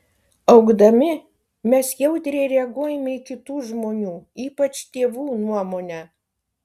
augdami mes jautriai reaguojame į kitų žmonių ypač tėvų nuomonę